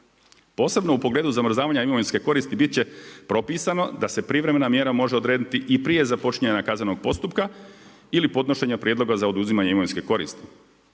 Posebno u pogledu zamrzavanja imovinske koristi bit će propisano da se privremena mjera može odrediti i prije započinjanja kaznenog postupka ili podnošenja prijedloga za oduzimanje imovinske koristi.